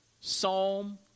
Psalm